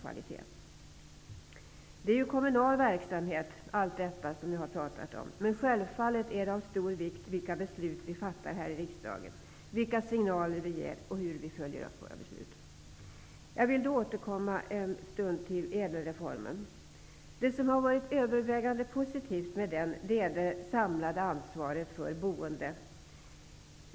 Allt det som jag har pratat om handlar om kommunal verksamhet, men självfallet är de beslut som vi fattar här i riksdagen, de signaler som vi ger och uppföljningen av våra beslut av stor vikt. Jag vill återkomma till ÄDEL-reformen. Det som har varit övervägande positivt med den är det samlade ansvaret för boendet.